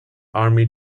army